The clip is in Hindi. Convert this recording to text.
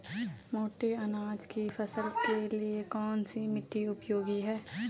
मोटे अनाज की फसल के लिए कौन सी मिट्टी उपयोगी है?